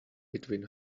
between